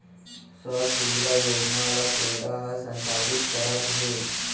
सौर सूजला योजना ल क्रेडा ह संचालित करत हे